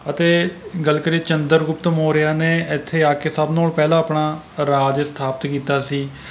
ਅਤੇ ਗੱਲ ਕਰੀਏ ਚੰਦਰਗੁਪਤ ਮੋਰੀਆ ਨੇ ਇੱਥੇ ਆ ਕੇ ਸਭ ਨਾਲੋਂ ਪਹਿਲਾਂ ਆਪਣਾ ਰਾਜ ਸਥਾਪਿਤ ਕੀਤਾ ਸੀ